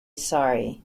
sorry